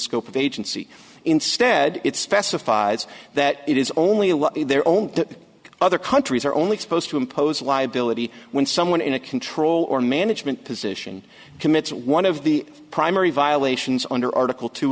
scope of agency instead it specifies that it is only their own that other countries are only supposed to impose liability when someone in a control or management position commits one of the primary violations under article two